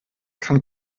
kann